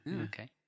Okay